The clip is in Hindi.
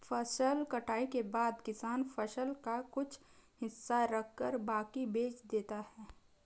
फसल कटाई के बाद किसान फसल का कुछ हिस्सा रखकर बाकी बेच देता है